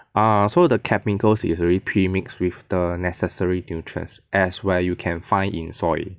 ah so the chemicals is already premixed with the necessary nutrients as where you can find in soil